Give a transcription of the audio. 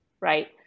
right